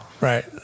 Right